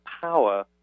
power